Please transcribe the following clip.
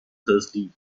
thirsty